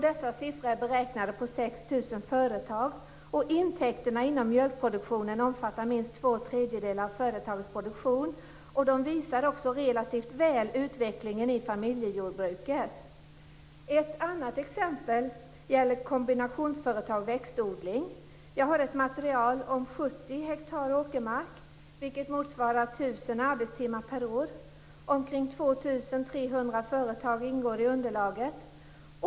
Dessa siffror är beräknade på 6 000 företag, och intäkterna inom mjölkproduktionen omfattar minst två tredjedelar av företagets produktion. De visar också relativt väl utvecklingen i familjejordbruket. Ett annat exempel gäller kombinationsföretag med växtodling. Jag har ett material avseende 70 ha åkermark, vilket motsvarar 1 000 arbetstimmar per år. Omkring 2 300 företag ingår i underlaget.